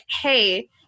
hey